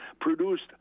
produced